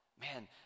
Man